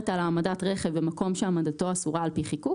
על העמדת רכב במקום שהעמדתו אסורה על פי חיקוק